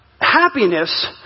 happiness